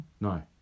no